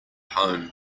home